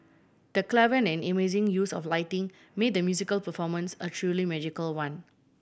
the clever and amazing use of lighting made the musical performance a truly magical one